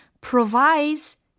Provides